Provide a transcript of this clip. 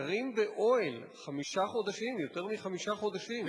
הם גרים באוהל חמישה חודשים, יותר מחמישה חודשים.